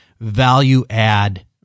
value-add